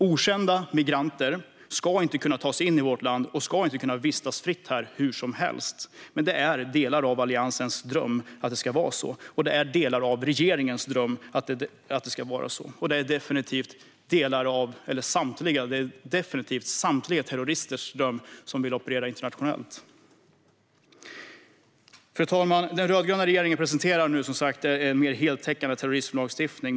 Okända migranter ska inte kunna ta sig in i vårt land och vistas fritt här hur som helst. Men det är delar av Alliansens dröm att det ska vara så, och det är delar av regeringens dröm att det ska vara så. Det är definitivt en dröm för samtliga terrorister som vill operera internationellt. Fru talman! Den rödgröna regeringen presenterar nu, som sagt, en mer heltäckande terrorismlagstiftning.